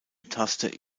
taste